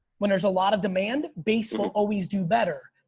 when there's a lot of demand, baseball always do better.